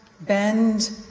bend